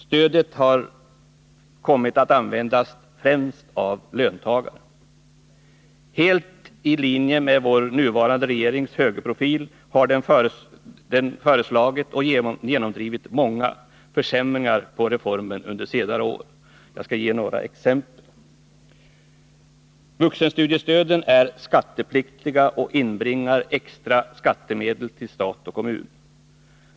Stödet har kommit att användas främst av löntagare. Helt i linje med vår nuvarande regerings högerprofil har den föreslagit och genomdrivit många försämringar av reformen under senare år. Jag skall ge några exempel. Vuxenstudiestöden är skattepliktiga och inbringar extra skattemedel till stat och kommun.